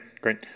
Great